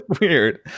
weird